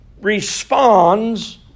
responds